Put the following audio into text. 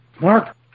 Mark